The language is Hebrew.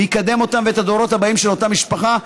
ויקדם אותם ואת הדורות הבאים של אותה משפחה.